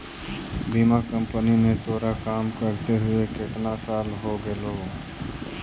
बीमा कंपनी में तोरा काम करते हुए केतना साल हो गेलो